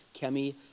Kemi